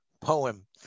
poem